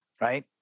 right